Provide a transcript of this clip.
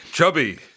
chubby